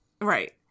Right